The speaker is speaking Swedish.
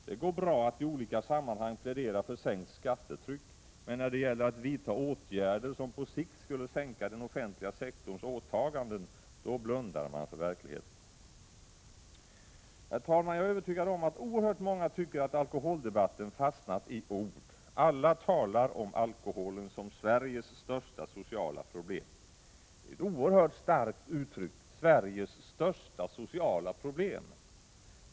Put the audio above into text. Det går bra att i olika sammanhang plädera för sänkt skattetryck, men när det gäller att vidta åtgärder som på sikt skulle sänka den offentliga sektorns åtaganden, då blundar man för verkligheten. Herr talman! Jag är övertygad om att oerhört många tycker att alkoholdebatten har fastnat i ord. Alla talar om alkoholen som Sveriges största sociala problem. Det är ett oerhört starkt uttryck — Sveriges största sociala problem.